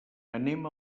anem